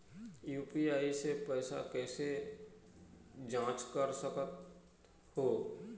UPI से पैसा कैसे जाँच कर सकत हो?